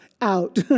out